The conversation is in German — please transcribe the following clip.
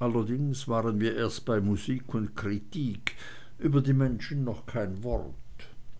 allerdings waren wir erst bei musik und kritik über die menschen noch kein wort